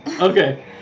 okay